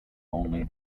only